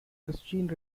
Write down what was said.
christine